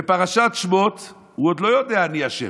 בפרשת שמות הוא עוד לא יודע "אני ה'".